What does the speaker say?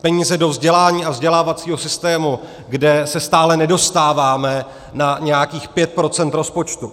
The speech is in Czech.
Peníze do vzdělání a vzdělávacího systému, kde se stále nedostáváme na nějakých pět procent rozpočtu.